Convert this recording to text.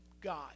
God